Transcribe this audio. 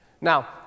Now